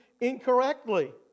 incorrectly